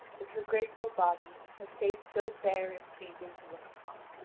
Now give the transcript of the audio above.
with her graceful body and her face so fair and pleasing to look upon.